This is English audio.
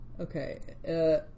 okay